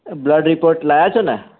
blood report લાયા છોને